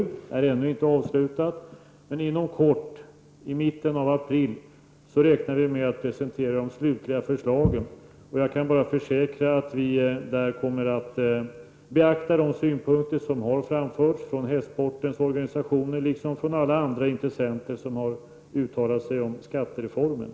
Det är ännu inte avslutat, men vi räknar med att inom kort, i mitten av april, presentera de slutliga förslagen. Jag kan bara försäkra att vi där kommer att beakta de synpunkter som har framförts från hästsportens organisationer liksom från alla andra intressenter som har uttalat sig om skattereformen.